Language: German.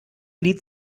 lied